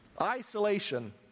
Isolation